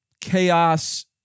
chaos